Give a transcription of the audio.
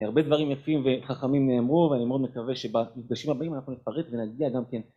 הרבה דברים יפים וחכמים נאמרו ואני מאוד מקווה שבמפגשים הבאים אנחנו נפרט ונגיע גם כן.